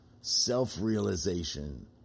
self-realization